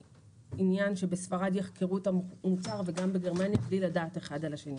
עניין שבספרד יחקרו את המוצר וגם בגרמניה בלי לדעת אחד על השני.